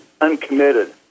uncommitted